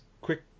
quick